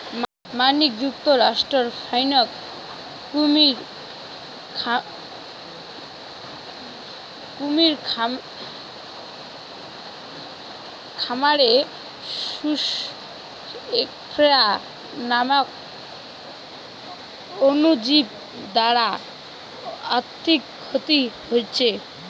মার্কিন যুক্তরাষ্ট্রর ফাইক কুমীর খামারে সুস স্ক্রফা নামক অণুজীব দ্বারা আর্থিক ক্ষতি হইচে